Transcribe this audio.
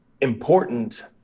important